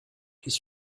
his